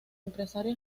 empresario